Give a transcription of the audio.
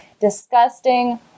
disgusting